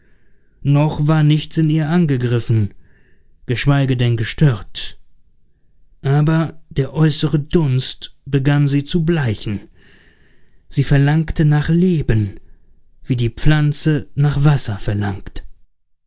noch war nichts in ihr angegriffen geschweige denn gestört aber der äußere dunst begann sie zu bleichen sie verlangte nach leben wie die pflanze nach wasser verlangt